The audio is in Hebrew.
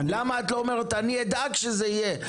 למה את לא אומרת: אני אדאג שזה יהיה,